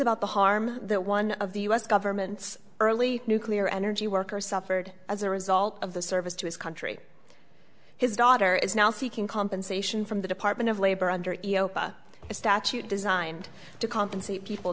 about the harm that one of the u s government's early nuclear energy workers suffered as a result of the service to his country his daughter is now seeking compensation from the department of labor under a statute designed to compensate people